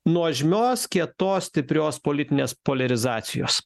nuožmios kietos stiprios politinės poliarizacijos